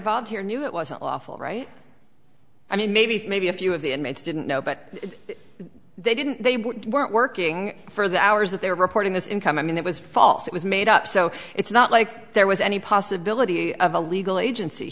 here knew it wasn't lawful right i mean maybe maybe a few of the inmates didn't know but they didn't they weren't working for the hours that they were reporting this income i mean it was false it was made up so it's not like there was any possibility of a legal agency